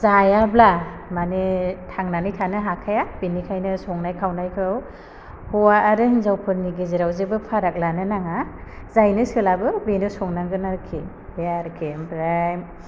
जायाब्ला माने थांनानै थानो हाखाया बेनिखाइनो संनाय खावनायखौ हौवा आरो हिन्जावफोरनि गेजेराव जेबो फाराग लानो नाङा जायनो सोलाबो बेनो संनांगोन आरखि बे आरखि ओमफ्राय